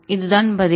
இதுதான் பதில்